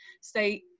state